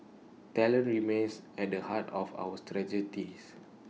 talent remains at the heart of our strategies